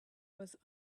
was